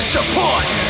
Support